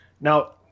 Now